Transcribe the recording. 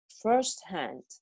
firsthand